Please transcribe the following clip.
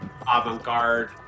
avant-garde